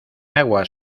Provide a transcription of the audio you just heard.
aguas